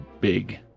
big